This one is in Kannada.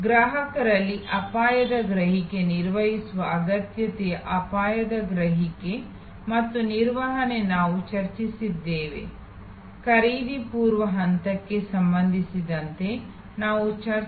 ಗ್ರಾಹಕರಲ್ಲಿ ಅಪಾಯದ ಗ್ರಹಿಕೆ ನಿರ್ವಹಿಸುವ ಅಗತ್ಯತೆ ಮತ್ತು ಅದರ ನಿರ್ವಹಣೆ ಹಾಗೂ ಪೂರ್ವ ಖರೀದಿ ಹಂತಕ್ಕೆ ಸಂಬಂಧಿಸಿದಂತೆ ಸಹನೆಯ ವಲಯ ಬಗ್ಗೆ ನಾವು ಚರ್ಚಿಸಿದ್ದೇವೆ